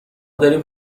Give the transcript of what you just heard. داریم